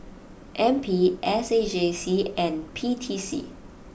N P S A J C and P T C